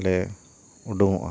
ᱞᱮ ᱩᱰᱩᱝ ᱚᱜᱼᱟ